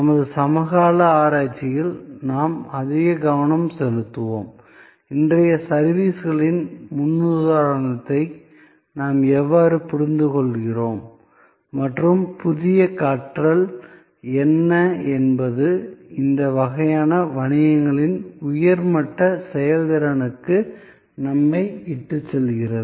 நமது சமகால ஆராய்ச்சியில் நாம் அதிக கவனம் செலுத்துவோம் இன்றைய சர்விஸ்களின் முன்னுதாரணத்தை நாம் எவ்வாறு புரிந்துகொள்கிறோம் மற்றும் புதிய கற்றல் என்ன என்பது இந்த வகையான வணிகங்களில் உயர் மட்ட செயல்திறனுக்கு நம்மை இட்டுச் செல்கிறது